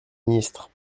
ministre